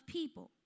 people